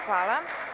Hvala.